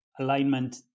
alignment